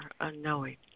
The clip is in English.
unknowing